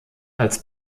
als